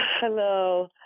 Hello